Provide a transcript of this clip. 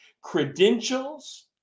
Credentials